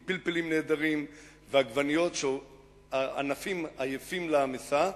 עם פלפלים נהדרים ועגבניות על ענפים עמוסים לעייפה,